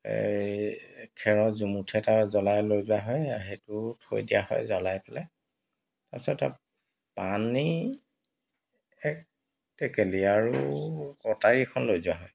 খেৰৰ জুমুঠি এটা জ্বলাই লৈ যোৱা হয় সেইটো থৈ দিয়া হয় জ্বলাই পেলাই তাৰপিছত পানী এক টেকেলি আৰু কটাৰীখন লৈ যোৱা হয়